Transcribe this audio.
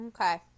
Okay